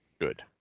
good